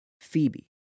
Phoebe